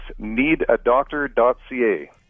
needadoctor.ca